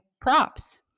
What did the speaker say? props